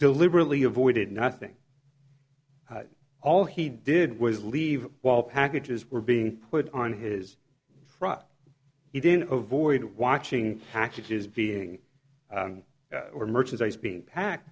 deliberately avoided nothing all he did was leave while packages were being put on his frock it in a void watching packages being or merchandise being pack